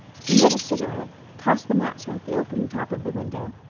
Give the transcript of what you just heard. he lit a cigarette, tossed the match out the open top of the window,